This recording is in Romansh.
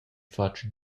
fatg